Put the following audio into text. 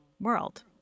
world